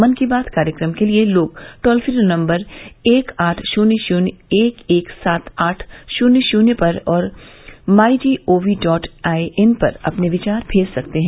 मन की बात कार्यक्रम के लिए लोग टोल फ्री नम्बर एक आठ शुन्य शुन्य एक एक सात आठ शुन्य पर और my G O V dot I N पर अपने विचार भेज सकते हैं